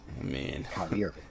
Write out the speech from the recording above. man